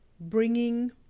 bringing